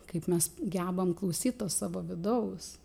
kaip mes gebam klausyt to savo vidaus